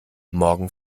morgen